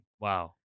Wow